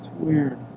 weird